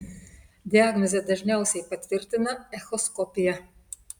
diagnozę dažniausiai patvirtina echoskopija